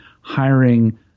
hiring